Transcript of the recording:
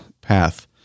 path